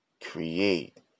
create